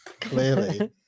Clearly